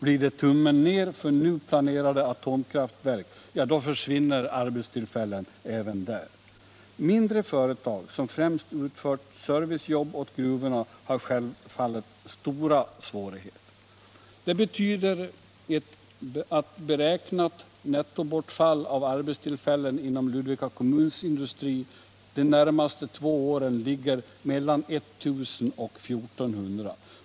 Blir det tummen ner för nu planerade atomkraftverk, då försvinner arbetstillfällen även där. Mindre företag som främst utfört servicejobb åt gruvorna har självfallet stora svårigheter. Det betyder att beräknat nettobortfall av arbetstillfällen inom Ludvika kommuns industri de närmaste två åren ligger mellan 1 000 och 1 400.